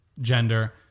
gender